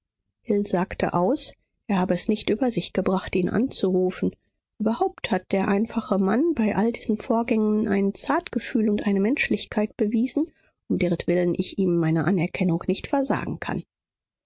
hill sagte aus er habe es nicht über sich gebracht ihn anzurufen überhaupt hat der einfache mann bei all diesen vorgängen ein zartgefühl und eine menschlichkeit bewiesen um deretwillen ich ihm meine anerkennung nicht versagen kann